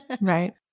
Right